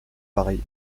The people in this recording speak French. paris